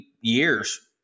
years